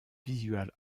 visual